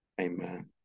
Amen